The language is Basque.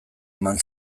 eman